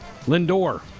Lindor